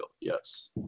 yes